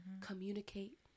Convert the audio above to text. communicate